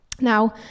now